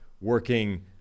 working